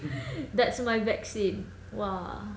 that's my vaccine !wah!